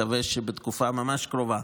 מקווה שבתקופה ממש קרובה,